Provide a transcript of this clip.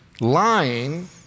lying